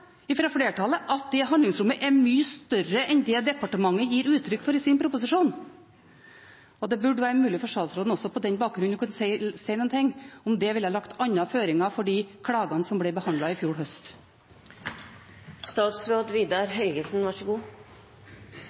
fra flertallet, at det handlingsrommet er mye større enn det departementet gir uttrykk for i sin proposisjon. Det burde være mulig for statsråden også på den bakgrunnen å kunne si noe om det ville lagt andre føringer for de klagene som ble behandlet i fjor